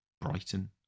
Brighton